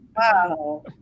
Wow